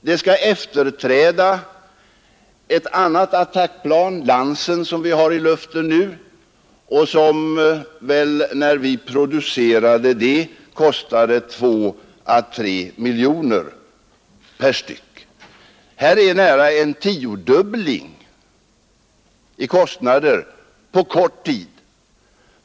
Det skall efterträda ett annat attackplan, Lansen, som vi har nu och som när det började produceras kostade 2 å 3 miljoner kronor per styck. Det är nästan en tiodubbling i kostnader på kort tid.